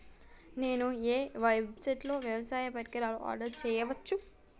నేను ఏ వెబ్సైట్ నుండి వ్యవసాయ పరికరాలను ఆర్డర్ చేయవచ్చు?